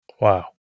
Wow